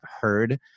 heard